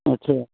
अच्छा